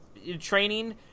training